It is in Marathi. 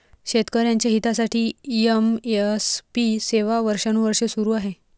शेतकऱ्यांच्या हितासाठी एम.एस.पी सेवा वर्षानुवर्षे सुरू आहे